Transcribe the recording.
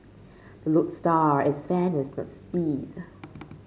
the lodestar is fairness not speed